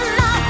no